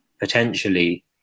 potentially